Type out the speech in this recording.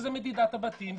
מדובר במדידת בתים,